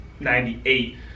98